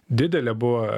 didelė buvo